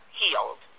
healed